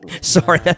Sorry